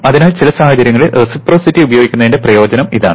അതിനാൽ ചില സാഹചര്യങ്ങളിൽ റെസിപ്രൊസിറ്റി ഉപയോഗിക്കുന്നതിന്റെ പ്രയോജനം ഇതാണ്